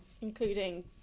Including